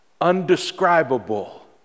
Undescribable